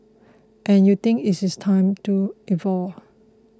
and you think it is time to evolve